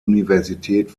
universität